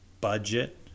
budget